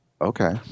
Okay